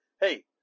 hey